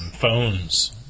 Phones